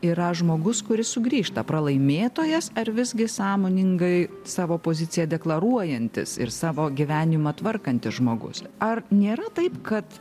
yra žmogus kuris sugrįžta pralaimėtojas ar visgi sąmoningai savo poziciją deklaruojantis ir savo gyvenimą tvarkantis žmogus ar nėra taip kad